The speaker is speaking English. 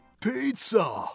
Pizza